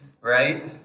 right